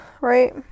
right